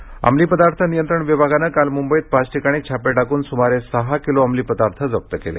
अमली छापे अंमली पदार्थ नियंत्रण विभागानं काल मुंबईत पाच ठिकाणी छापे टाकून सुमारे सहा किलो अंमलीपदार्थ जप्त केले